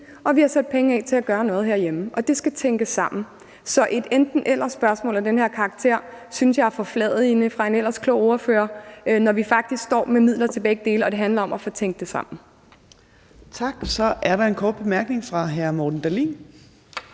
diplomati og til at gøre noget herhjemme, og det skal tænkes sammen. Så et enten-eller-spørgsmål af den her slags synes jeg er en forfladigelse fra en ellers klog ordførers side, når vi faktisk står med midler til begge dele og det handler om at få tænkt det sammen. Kl. 10:45 Fjerde næstformand (Trine Torp): Tak.